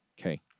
okay